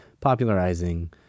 popularizing